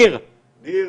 ניר,